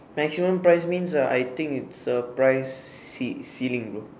maximum price means ah I think it's the price cei~ ceiling bro